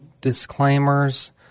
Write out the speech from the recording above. disclaimers